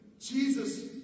Jesus